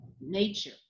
nature